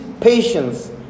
patience